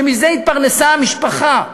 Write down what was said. שמזה התפרנסה המשפחה.